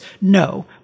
No